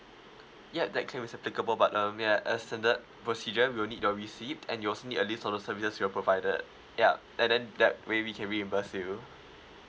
ya that claim is applicable but um ya a standard procedure we'll need your receipt and we also need a list of those services you were provided ya and then ya maybe can reimburse you